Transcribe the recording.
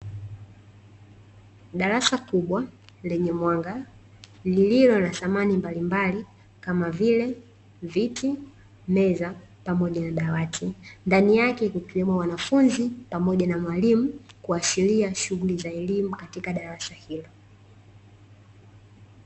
Darasa kubwa lenye mwanga lilllo na samani mbalimbali kama vile viti ,meza ,pamoja na madawati. Ndani yake kukiwemo na wanafunzi pamoja na mwalimu kuashiria shunghuli za elimu katika darasa hilo.